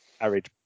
Arid